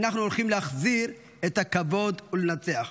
אנחנו הולכים להחזיר את הכבוד ולנצח.